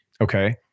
Okay